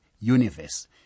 universe